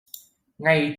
ngày